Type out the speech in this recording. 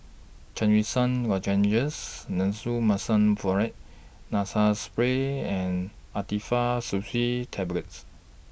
Trachisan Lozenges Nasonex Mometasone Furoate Nasal Spray and Actifed Tablets